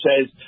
says